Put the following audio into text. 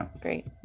great